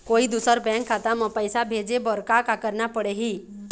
कोई दूसर बैंक खाता म पैसा भेजे बर का का करना पड़ही?